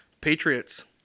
patriots